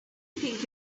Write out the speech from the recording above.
think